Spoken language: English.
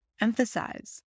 emphasize